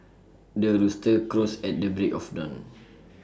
the rooster crows at the break of dawn